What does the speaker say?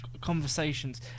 conversations